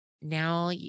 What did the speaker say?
now